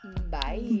Bye